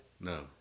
No